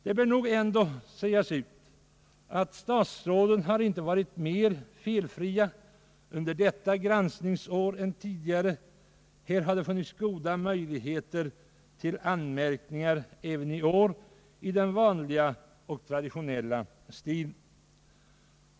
Det bör nog ändå sägas ut att statsråden inte varit mera felfria under detta granskningsår än tidigare. Det hade även i år funnits goda möjligheter till anmärkningar i den vanliga och traditionella stilen.